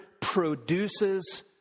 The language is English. produces